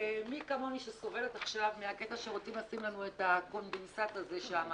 מי כמוני שסובלת עכשיו מהקטע שרוצים לשים לנו את הקונדנסט הזה שמה